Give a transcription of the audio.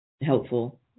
helpful